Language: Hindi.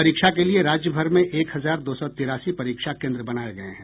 परीक्षा के लिए राज्य भर में एक हजार दो सौ तिरासी परीक्षा केन्द्र बनाए गये हैं